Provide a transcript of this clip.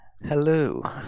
Hello